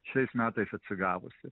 šiais metais atsigavusi